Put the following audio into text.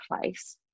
place